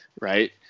right